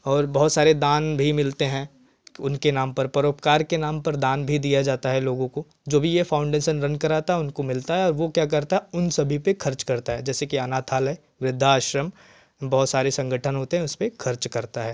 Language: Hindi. और बहुत सारे दान भी मिलते हैं उनके नाम पर परोपकार के नाम पर दान भी दिया जाता है लोगों को जो भी यह फाउंडेसन रन कराता है उनको मिलता है और वे क्या करते हैं उन सभी पर ख़र्च करते हैं जैसे कि आनाथालय वृधाश्रम बहुत सारे संगठन होते हैं उस पर ख़र्च करते हैं